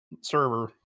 server